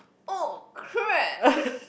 oh crap